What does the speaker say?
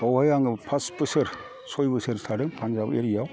बावहाय आङो फास बोसोर सय बोसोर थादों पानजाब एरियायाव